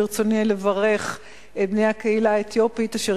ברצוני לברך את בני הקהילה האתיופית אשר